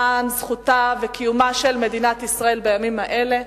למען זכותה וקיומה של מדינת ישראל בימים האלה,